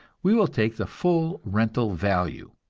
we will take the full rental value,